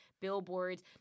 billboards